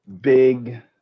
big